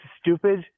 stupid